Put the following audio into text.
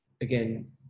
again